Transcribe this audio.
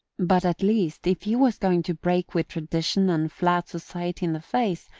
but at least, if he was going to break with tradition and flout society in the face,